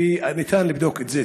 וניתן לבדוק את זה.